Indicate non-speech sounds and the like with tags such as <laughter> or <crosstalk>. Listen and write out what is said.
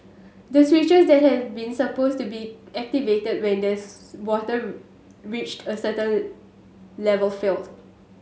the switches that have been supposed to be activated when the <unintelligible> water reached a certain level failed